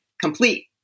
complete